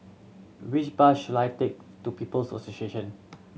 which bus should I take to People Association